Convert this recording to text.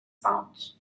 pouch